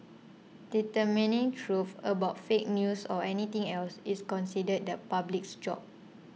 determining truth about fake news or anything else is considered the public's job